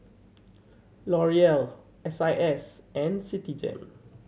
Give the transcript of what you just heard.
L'Oreal S I S and Citigem